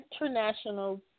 international